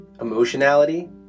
emotionality